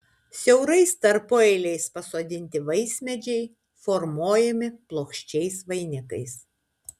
siaurais tarpueiliais pasodinti vaismedžiai formuojami plokščiais vainikais